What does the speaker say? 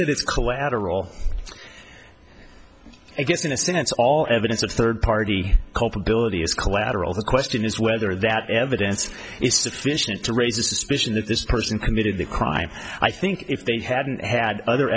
that it's collateral i guess in a sense all evidence of third party culpability is collateral the question is whether that evidence is sufficient to raise the suspicion that this person committed the crime i think if they hadn't had other